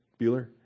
Bueller